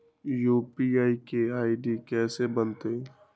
UPI के ID कैसे बनतई?